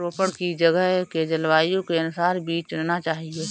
रोपड़ की जगह के जलवायु के अनुसार बीज चुनना चाहिए